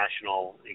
national